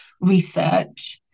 research